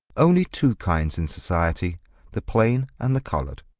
only two kinds in society the plain and the coloured.